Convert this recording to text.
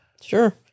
Sure